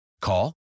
Call